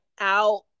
out